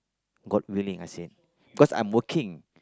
god willing I said cause I'm working